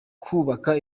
kubaka